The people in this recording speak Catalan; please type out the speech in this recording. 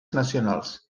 nacionals